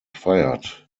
fired